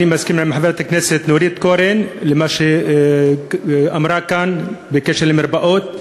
אני מסכים עם חברת הכנסת נורית קורן במה שאמרה כאן בקשר למרפאות,